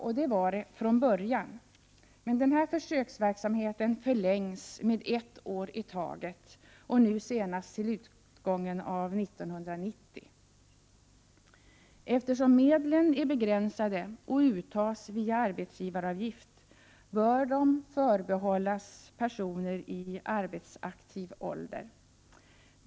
Ja, det var det från början, men den försöksverksamheten förlängs med ett år i taget och nu senast till utgången av år 1990. Eftersom medlen är begränsade och uttas via arbetsgivaravgift, bör de förbehållas personer i arbetsaktiv ålder.